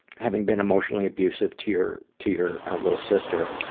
having been emotionally abusive to your to your little sister,